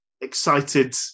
excited